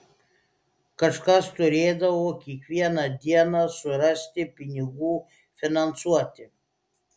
kažkas turėdavo kiekvieną dieną surasti pinigų finansuoti